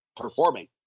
performing